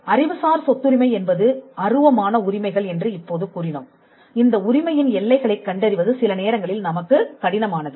அறிவுசார் சொத்துரிமை என்பது அருவமான உரிமைகள் என்று இப்போது கூறினோம் இந்த உரிமையின் எல்லைகளைக் கண்டறிவது சில நேரங்களில் நமக்குக் கடினமானது